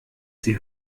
sie